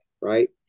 right